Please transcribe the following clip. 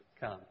come